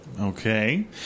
Okay